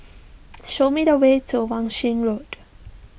show me the way to Wan Shih Road